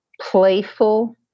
playful